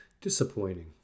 disappointing